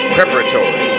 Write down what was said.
Preparatory